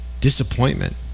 disappointment